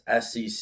SEC